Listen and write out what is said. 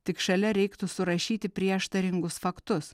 tik šalia reiktų surašyti prieštaringus faktus